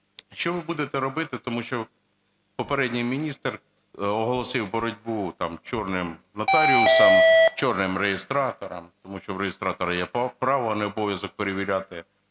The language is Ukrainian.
Що ви будете робити, тому що попередній міністр оголосив боротьбу там "чорним" нотаріусам, "чорним" реєстраторам. Тому що в реєстратора є право, а не обов'язок перевіряти